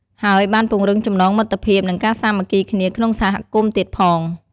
ហើយបានពង្រឹងចំណងមិត្តភាព និងការសាមគ្គីគ្នាក្នុងសហគមន៍ទៀតផង។